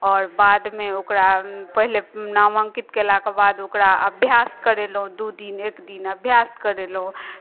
आओर बादमे ओकरा पहिले नामाङ्कित कयलाके बाद ओकरा अभ्यास करेलहुँ दू दिन एक दिन अभ्यास करेलहुँ